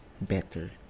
better